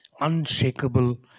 Unshakable